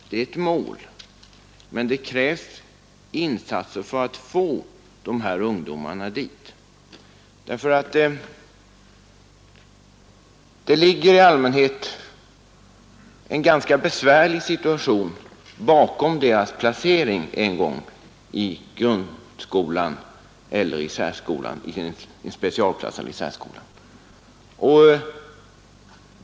Det är ett mål, men det krävs insatser för att få dessa ungdomar dit. Det ligger i allmänhet en ganska besvärlig situation bakom deras placering en gång i specialklass i grundskolan eller i särskolan.